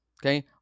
okay